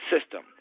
system